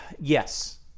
yes